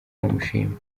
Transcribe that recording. aramushima